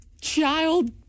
child